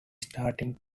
starting